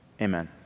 Amen